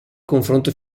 confronto